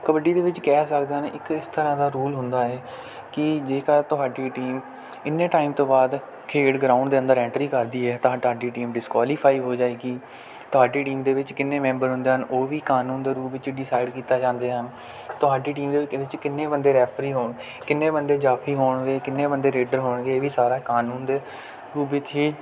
ਕਬੱਡੀ ਦੇ ਵਿੱਚ ਕਹਿ ਸਕਦੇ ਹਨ ਇੱਕ ਇਸ ਤਰ੍ਹਾਂ ਦਾ ਰੋਲ ਹੁੰਦਾ ਹੈ ਕਿ ਜੇਕਰ ਤੁਹਾਡੀ ਟੀਮ ਇੰਨੇ ਟਾਈਮ ਤੋਂ ਬਾਅਦ ਖੇਡ ਗਰਾਊਂਡ ਦੇ ਅੰਦਰ ਐਂਟਰੀ ਕਰਦੀ ਹੈ ਤਾਂ ਤੁਹਾਡੀ ਟੀਮ ਡਿਸਕੁਆਲੀਫਾਈ ਹੋ ਜਾਏਗੀ ਤੁਹਾਡੀ ਟੀਮ ਦੇ ਵਿੱਚ ਕਿੰਨੇ ਮੈਂਬਰ ਹੁੰਦੇ ਹਨ ਉਹ ਵੀ ਕਾਨੂੰਨ ਦੇ ਰੂਪ ਵਿੱਚ ਡਿਸਾਈਡ ਕੀਤਾ ਜਾਂਦੇ ਹਨ ਤੁਹਾਡੀ ਟੀਮ ਦੇ ਵਿੱਚ ਕਿੰਨੇ ਬੰਦੇ ਰੈਫਰੀ ਹੋਣ ਕਿੰਨੇ ਬੰਦੇ ਜਾਫੀ ਹੋਣਗੇ ਕਿੰਨੇ ਬੰਦੇ ਰੇਡਰ ਹੋਣਗੇ ਇਹ ਵੀ ਸਾਰਾ ਕਾਨੂੰਨ ਦੇ ਰੂਪ ਵਿੱਚ ਹੀ